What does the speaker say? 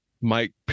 Mike